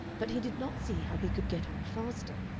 but he did not see how he could get on faster.